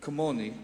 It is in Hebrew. כמוני,